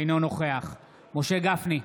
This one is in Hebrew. אינו נוכח משה גפני,